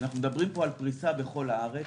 אנחנו מדברים פה על פריסה בכל הארץ,